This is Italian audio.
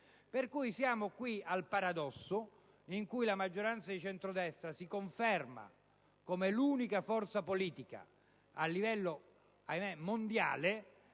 Pertanto, siamo al paradosso per cui la maggioranza di centro-destra si conferma come l'unica forza politica - ahimè - a livello mondiale